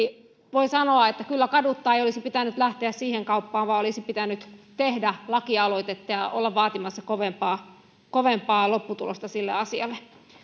voi sanoa että kyllä kaduttaa ei olisi pitänyt lähteä siihen kauppaan vaan olisi pitänyt tehdä lakialoitetta ja olla vaatimassa kovempaa kovempaa lopputulosta sille asialle